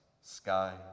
sky